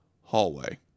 hallway